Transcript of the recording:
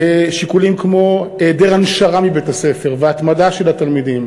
שיקולים כמו היעדר הנשרה מבית-הספר והתמדה של התלמידים,